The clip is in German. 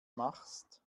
machst